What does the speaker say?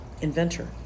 inventor